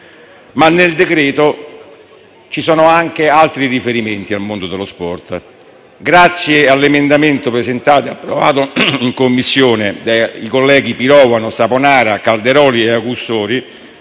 Ma nel decreto non ci sono solo riferimenti indiretti allo sport. Grazie all'emendamento presentato ed approvato in Commissione dai colleghi Pirovano, Saponara, Calderoli e Augussori